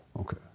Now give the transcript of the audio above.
Okay